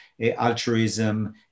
altruism